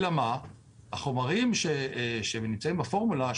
החומרים שנמצאים בפורמולה,